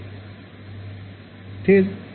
ছাত্র ছাত্রীঃ ঠিক আছে